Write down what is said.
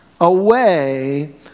away